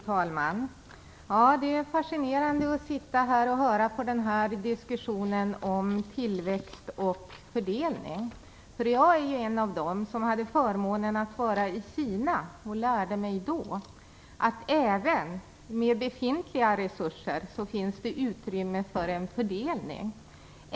Fru talman! Det är fascinerande att sitta här och höra på diskussionen om tillväxt och fördelning. Jag är en av dem som hade förmånen att vara i Kina, och jag lärde mig då att det även med befintliga resurser finns utrymme för en fördelning.